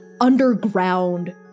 underground